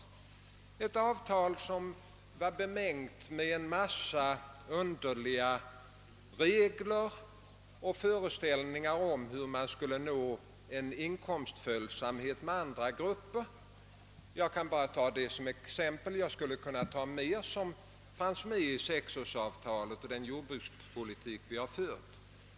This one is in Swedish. Detta var bemängt med en massa underliga regler och föreställningar om hur man skulle nå en inkomstföljsamhet med andra grupper. Jag kan bara ta detta som exempel, men jag skulle kunna ta med mera av det som fanns med i sexårsavtalet och den jordbrukspolitik vi har fört.